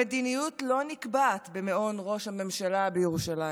המדיניות לא נקבעת במעון ראש הממשלה בירושלים,